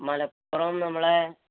മലപ്പുറം നമ്മളെ